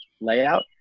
layout